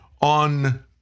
on